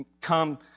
come